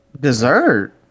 Dessert